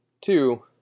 two